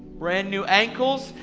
brand new ankles,